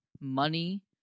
money